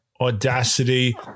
audacity